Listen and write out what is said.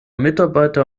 mitarbeiter